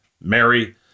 mary